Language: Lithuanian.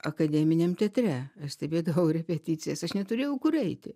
akademiniam teatre stebėdavau repeticijas aš neturėjau kur eiti